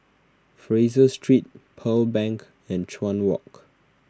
Fraser Street Pearl Bank and Chuan Walk